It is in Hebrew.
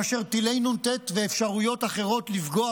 כאשר טילי נ"ט ואפשרויות אחרות לפגוע